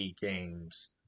games